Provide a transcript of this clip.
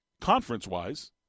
conference-wise